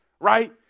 right